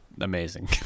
amazing